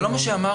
זה לא מה שאמרתי.